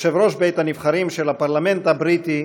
יושב-ראש בית-הנבחרים של הפרלמנט הבריטי,